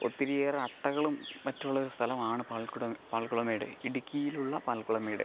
ഒത്തിരിയേറെ അട്ടകളും മറ്റുള്ളൊരു സ്ഥലമാണ് പാൽക്കുട പാൽക്കുളമേടേ ഇടുക്കിയിലുള്ള പാൽക്കുളമേട്